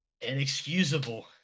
Inexcusable